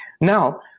Now